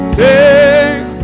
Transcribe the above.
take